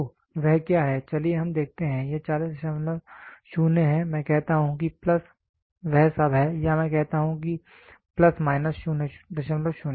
तो वह क्या है चलिए हम देखते हैं यह 400 है मैं कहता हूं कि प्लस वह सब है या मैं कह सकता हूं कि प्लस माइनस 00